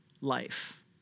life